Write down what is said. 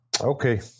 Okay